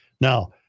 Now